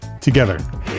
together